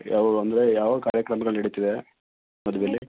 ಯಾವ ಅಂದರೆ ಯಾವ್ಯಾವ ಕಾರ್ಯಕ್ರಮಗಳು ನಡಿತಿದೆ ಮದುವೇಲಿ